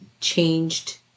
changed